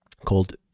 called